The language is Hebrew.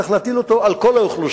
כך להטיל אותו על כל האוכלוסייה.